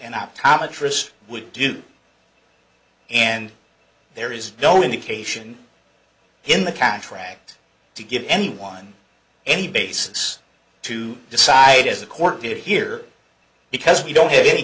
an optometrist would do and there is no indication in the contract to give anyone any basis to decide as the court did here because we don't have a